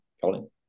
Colin